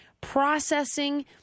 processing